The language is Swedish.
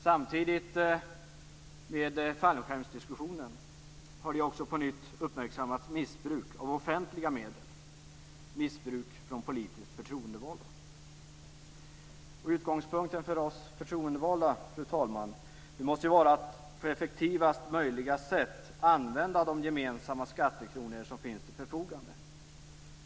Samtidigt med fallskärmsdiskussionen har också på nytt uppmärksammats missbruk av offentliga medel - missbruk från politiskt förtroendevalda. Fru talman! Utgångspunkten för oss förtroendevalda måste vara att på effektivast möjliga sätt använda de gemensamma skattekronor som finns till förfogande.